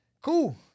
cool